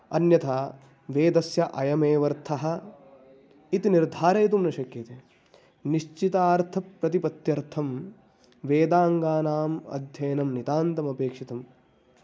अन्यथा वेदस्य अयमेवर्थः इति निर्धारयितुं न शक्यते निश्चितार्थप्रतिपत्यर्थं वेदाङ्गानाम् अध्ययनं नितान्तमपेक्षितम्